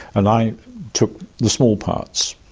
and i took the small parts.